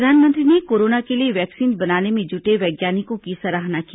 प्रधानमंत्री ने कोरोना के लिए वैक्सीन बनाने में जुटे वैज्ञानिकों की सराहना की